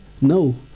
no